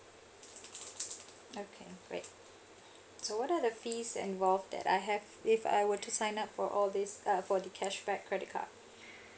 okay right so what are the fees involved that I have if I were to sign up for all these uh for the cashback credit card